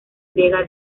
griega